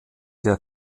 der